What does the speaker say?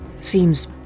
seems